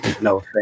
no